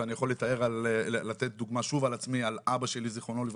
ואני יכול לתת דוגמה על עצמי, על אבא שלי ז"ל,